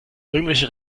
irgendwelche